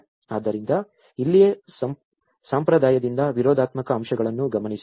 ಆದ್ದರಿಂದ ಇಲ್ಲಿಯೇ ಸಂಪ್ರದಾಯದಿಂದ ವಿರೋಧಾತ್ಮಕ ಅಂಶಗಳನ್ನು ಗಮನಿಸಬೇಕು